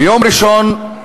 ביום ראשון,